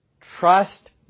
Trust